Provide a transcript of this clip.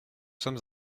sommes